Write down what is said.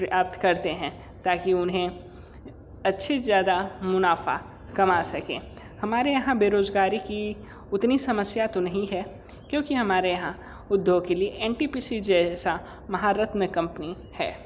प्राप्त करते हैं ताकि उन्हें अच्छी ज़्यादा मुनाफा कमा सकें हमारे यहाँ बेरोज़गारी की उतनी समस्या तो नहीं है क्योंकि हमारे यहाँ उद्योग के लिए एन टी पी सी जैसा महारत्न कम्पनी है